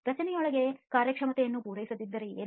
ರಚನೆಯೊಳಗೆ ಕಾರ್ಯಕ್ಷಮತೆಯನ್ನು ಪೂರೈಸದಿದ್ದರೆ ಏನು